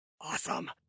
awesome